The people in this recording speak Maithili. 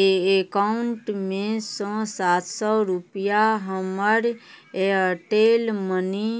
ए एकाउंटमे सँ सात सौ रूपैया हमर एयरटेल मनी